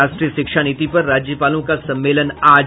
राष्ट्रीय शिक्षा नीति पर राज्यपालों का सम्मेलन आज